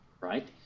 right